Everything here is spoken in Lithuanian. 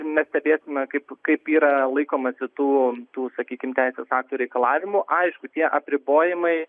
mes stebėsime kaip kaip yra laikomasi tų tų sakykim teisės aktų reikalavimų aišku tie apribojimai